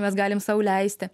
mes galim sau leisti